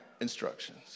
instructions